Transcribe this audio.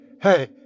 Hey